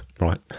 Right